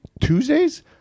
Tuesdays